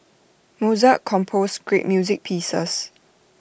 Mozart composed great music pieces